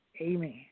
Amen